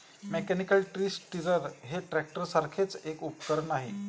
mechanical tree stirrer हे ट्रॅक्टरसारखेच एक उपकरण आहे